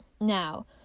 Now